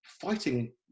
fighting